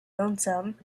lonesome